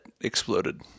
exploded